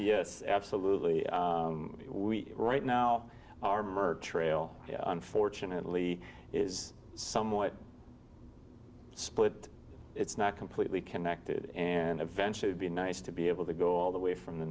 yes absolutely we right now armor trail unfortunately is somewhat split it's not completely connected and eventually would be nice to be able to go all the way from the